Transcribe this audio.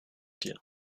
dir